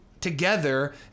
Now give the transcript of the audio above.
together